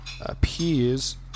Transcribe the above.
appears